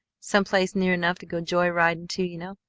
some place near enough to go joy-riding to, you know?